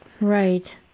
Right